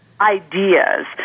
ideas